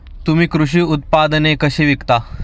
तुम्ही कृषी उत्पादने कशी विकता?